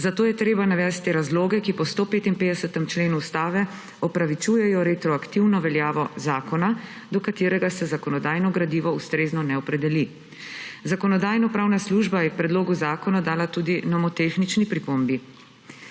zato je treba navesti razloge, ki po 155. členu Ustave upravičujejo retroaktivno veljavo zakona, do katerega se zakonodajno gradivo ustrezno ne opredeli. Zakonodajno-pravna služba je k predlogu zakona dala tudi nomotehnični pripombi.